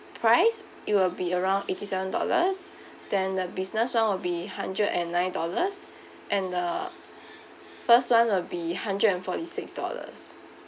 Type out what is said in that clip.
price it will be around eighty seven dollars then the business [one] will be hundred and nine dollars and the first [one] will be hundred and forty six dollars